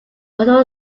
also